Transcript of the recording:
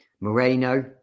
Moreno